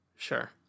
Sure